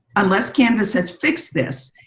unless canvas has fixed this,